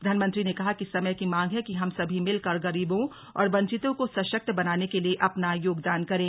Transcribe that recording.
प्रधानमंत्री ने कहा कि समय की मांग है कि हम सभी मिलकर गरीबों और वंचितों को सशक्त बनाने के लिए अपना योगदान करें